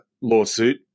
lawsuit